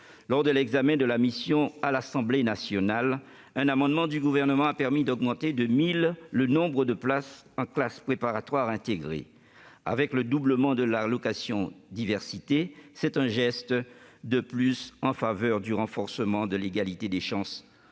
Lors de l'examen de la mission à l'Assemblée nationale, l'adoption d'un amendement du Gouvernement a permis d'augmenter de 1 000 le nombre de places en classes préparatoires intégrées. Avec le doublement de l'allocation diversité, c'est un geste de plus en faveur du renforcement de l'égalité des chances dans